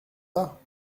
pas